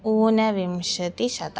ऊनविंशतिशतम्